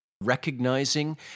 recognizing